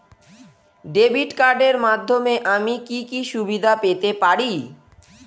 Debit কার্ডের মাধ্যমে আমি কি কি সুবিধা পেতে পারি?